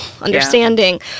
understanding